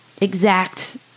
exact